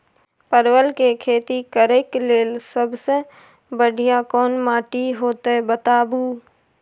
परवल के खेती करेक लैल सबसे बढ़िया कोन माटी होते बताबू?